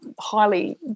highly